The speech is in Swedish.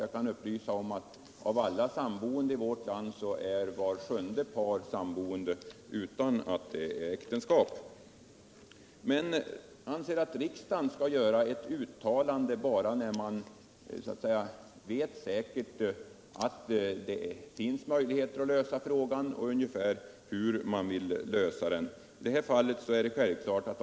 Jag kan upplysa om att av alla sammanboende i vårt land är vart sjunde par sammanboende utan att vara gifta. Men jag anser att riksdagen skall göra uttalanden endast när man vet säkert att det finns möjligheter att lösa ett problem och när man vet ungefär hur man vill lösa det.